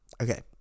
Okay